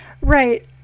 Right